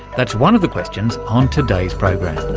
that's one of the questions on today's program.